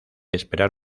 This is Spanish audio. esperar